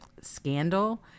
scandal